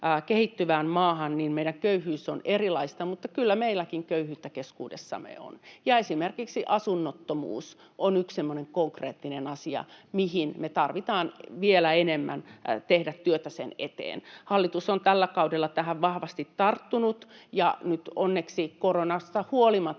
kehittyvään maahan ja meidän köyhyys on erilaista, niin kyllä meilläkin köyhyyttä keskuudessamme on. Esimerkiksi asunnottomuus on yksi semmoinen konkreettinen asia, minkä eteen meidän tarvitsee vielä enemmän tehdä työtä. Hallitus on tällä kaudella tähän vahvasti tarttunut, ja nyt onneksi koronasta huolimatta